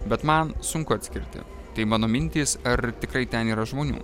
bet man sunku atskirti tai mano mintys ar tikrai ten yra žmonių